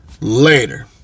later